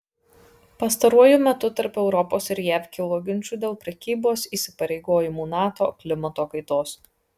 pastaruoju metu tarp europos ir jav kilo ginčų dėl prekybos įsipareigojimų nato klimato kaitos